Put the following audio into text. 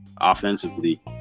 offensively